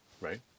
right